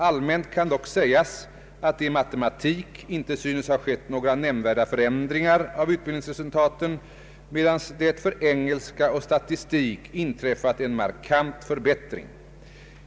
Allmänt kan dock sägas att det i matematik inte synes ha skett några nämnvärda förändringar av utbildningsresultaten, medan det för engelska och statistik inträffat en markant förbättring.